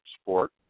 sport